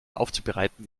aufzubereiten